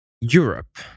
Europe